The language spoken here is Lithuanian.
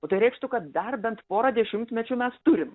o tai reikštų kad dar bent porą dešimtmečių mes turim